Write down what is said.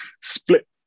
split